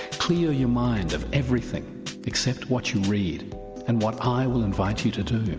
clear your mind of everything except what you read and what i will invite you to do.